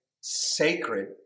sacred